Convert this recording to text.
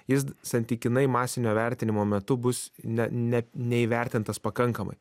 jis santykinai masinio vertinimo metu bus ne ne neįvertintas pakankamai